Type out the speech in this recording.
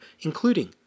including